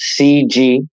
cg